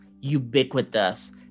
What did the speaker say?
ubiquitous